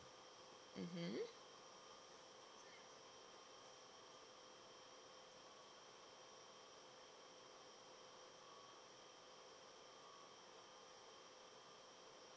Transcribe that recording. mmhmm